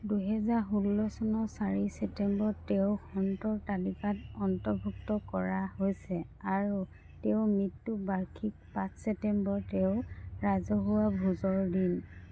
দুই হাজাৰ ষোল্ল চনৰ চাৰি ছেপ্টেম্বৰত তেওঁক সন্তৰ তালিকাত অন্তৰ্ভুক্ত কৰা হৈছে আৰু তেওঁৰ মৃত্যু বাৰ্ষিকী পাঁচ ছেপ্টেম্বৰ তেওঁ ৰাজহুৱা ভোজৰ দিন